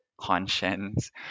conscience